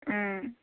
ꯎꯝ